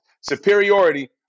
superiority